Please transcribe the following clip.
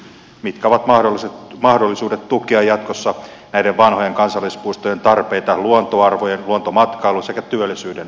kysyn mitkä ovat mahdollisuudet tukea jatkossa näiden vanhojen kansallispuistojen tarpeita luontoarvojen luontomatkailun sekä työllisyyden näkökulmasta